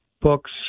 books